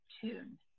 tune